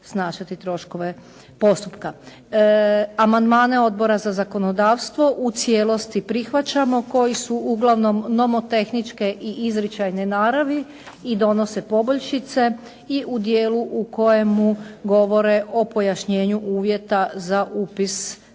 snašati troškove postupka. Amandmane Odbora za zakonodavstvo u cijelosti prihvaćamo koji su uglavnom nomotehničke i izričajne naravi i donose poboljšice i u dijelu u kojemu govore o pojašnjenju uvjeta za upis stranih